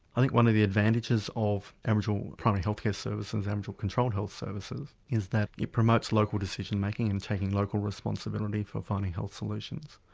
i think one of the advantages of aboriginal primary health care services and aboriginal controlled health services is that it promotes local decision making in taking local responsibility for finding health solutions.